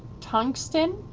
tungsten